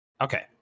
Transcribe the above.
Okay